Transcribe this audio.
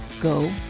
go